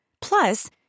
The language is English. Plus